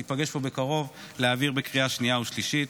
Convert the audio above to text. ניפגש פה בקרוב להעביר את זה בקריאה שנייה ושלישית.